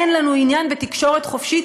אין לנו עניין בתקשורת חופשית,